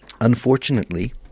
unfortunately